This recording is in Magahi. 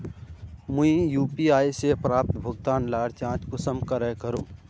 मुई यु.पी.आई से प्राप्त भुगतान लार जाँच कुंसम करे करूम?